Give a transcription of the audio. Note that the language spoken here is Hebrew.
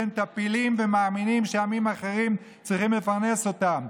שהם טפילים ומאמינים שעמים אחרים צריכים לפרנס אותם.